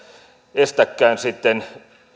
estäkään sitten